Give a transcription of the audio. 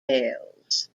ales